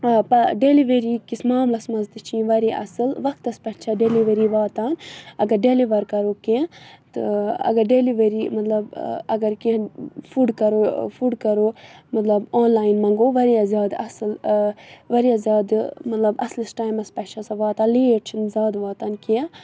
delivery کِس معاملَس منٛز تہِ چھِ یِم واریاہ اَصٕل وقتَس پٮ۪ٹھ چھےٚ ڈیٚلؤری واتان اگر ڈیٚلِوَر کَرو کینٛہہ تہٕ اگر ڈیٚلؤری مطلب اگر کینٛہہ فُڈ کَرو فُڈ کَرو مطلب آن لاین منٛگو واریاہ زیادٕ اَصٕل واریاہ زیادٕ مطلب اَصلِس ٹایمَس پٮ۪ٹھ چھےٚ سۄ واتان لیٹ چھِنہٕ زیادٕ واتان کینٛہہ